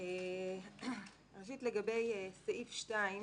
ראשית לגבי סעיף 2,